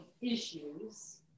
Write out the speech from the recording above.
issues